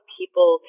people